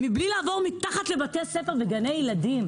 מבלי לעבור מתחת לבתי ספר וגני ילדים.